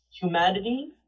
humanity